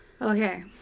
Okay